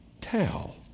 tell